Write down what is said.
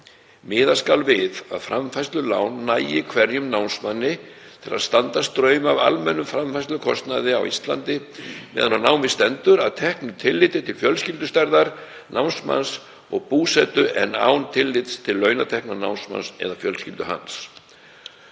Miða skal við að framfærslulán nægi hverjum námsmanni til að standa straum af almennum framfærslukostnaði á Íslandi meðan á námi stendur að teknu tilliti til fjölskyldustærðar námsmanns og búsetu en án tillits til launatekna námsmanns eða fjölskyldu hans.